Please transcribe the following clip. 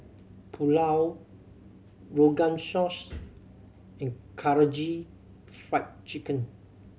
Pulao Rogan Josh and Karaage Fried Chicken